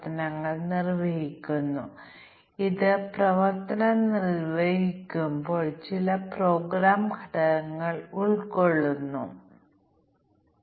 എന്നാൽ പിന്നീട് ഞങ്ങൾ പറഞ്ഞു ഒരു പ്രശ്ന വിവരണം നൽകിയ തുല്യത ക്ലാസുകൾ തിരിച്ചറിയാൻ കുറച്ച് അനുഭവവും ഉൾക്കാഴ്ചയും ആവശ്യമാണ്